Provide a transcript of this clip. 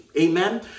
Amen